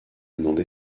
demander